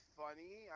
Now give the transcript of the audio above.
funny